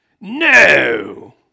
No